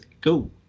Go